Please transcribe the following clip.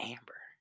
Amber